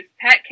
pet